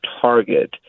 Target –